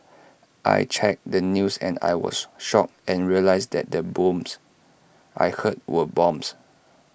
I checked the news and I was shocked and realised that the booms I heard were bombs